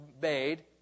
made